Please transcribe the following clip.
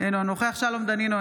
אינו נוכח שלום דנינו,